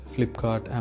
Flipkart